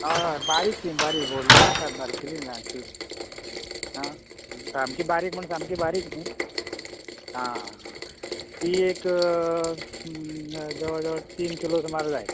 हय हय बारीक तीं बारी व्हडलीं नाका बारकेलीं ल्हानशीं आं सामकीं बारीक म्हण सामकीं बारीक न्ही आं तीं एक तीं जवळ जवळ तीन किलो सुमार जाय